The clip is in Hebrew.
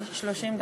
30 דקות.